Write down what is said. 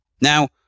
Now